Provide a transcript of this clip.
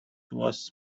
was